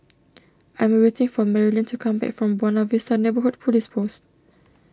I am waiting for Merilyn to come back from Buona Vista Neighbourhood Police Post